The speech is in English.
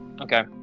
Okay